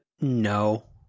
No